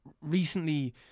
recently